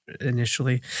initially